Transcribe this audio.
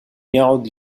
يعد